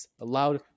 allowed